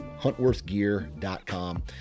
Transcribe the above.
huntworthgear.com